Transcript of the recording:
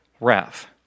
wrath